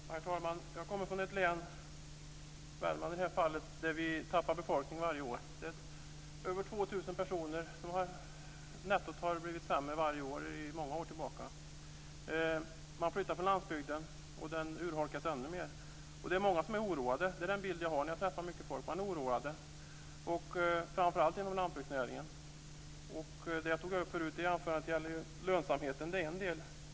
Herr talman! Jag kommer från ett län, Värmland, där vi tappar befolkning varje år. Nettot har minskat med över 2 000 personer varje år sedan många år tillbaka. Man flyttar bort från landsbygden, och denna urholkas ännu mer. Det är många som är oroade. Det är den bild jag har, och jag träffar mycket folk. Man är oroad, framför allt inom lantbruksnäringen. Den jämförelse som jag tog upp förut gällde lönsamheten. Det är en del.